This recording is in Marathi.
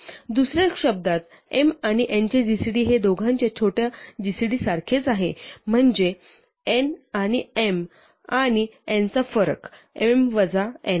दुसऱ्या शब्दांत m आणि n चे जीसीडी हे दोघांच्या छोट्या जीसीडी सारखेच आहे म्हणजे n आणि m आणि n चा फरक m वजा n